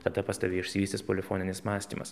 tada pas tave išsivystys polifoninis mąstymas